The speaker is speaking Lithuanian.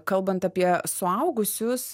kalbant apie suaugusius